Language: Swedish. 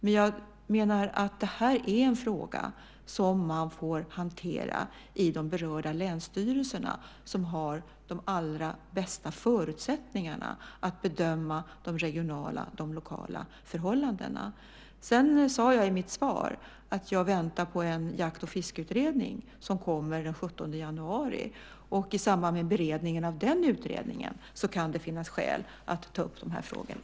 Men jag menar att detta är en fråga som man får hantera i de berörda länsstyrelserna, som har de allra bästa förutsättningarna att bedöma de regionala och de lokala förhållandena. Jag sade i mitt svar att jag väntar på en jakt och fiskeutredning som kommer den 17 januari. I samband med beredningen av den utredningen kan det finnas skäl att ta upp frågorna.